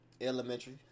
Elementary